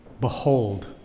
behold